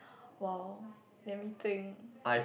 !wow! let me think